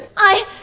i,